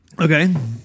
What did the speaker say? Okay